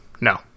No